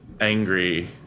angry